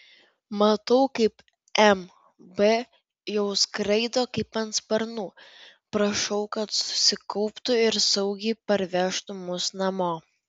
matau kaip mb jau skraido kaip ant sparnų prašau kad susikauptų ir saugiai parvežtų mus namo